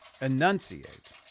enunciate